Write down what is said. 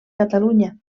catalunya